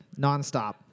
nonstop